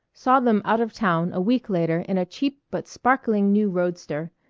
saw them out of town a week later in a cheap but sparkling new roadster,